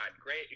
great